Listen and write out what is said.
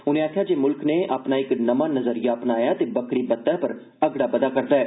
उनें आखेआ जे मुल्ख नै अपना नज़रिया अपनाया ऐ ते बक्खरी बत्तै पर अगड़ा बधै करदा ऐ